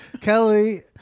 Kelly